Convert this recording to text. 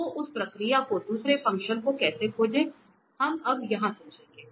तो उस प्रक्रिया को दूसरे फंक्शन को कैसे खोजें हम अब यहां समझाएंगे